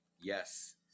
Yes